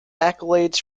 accolades